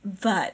but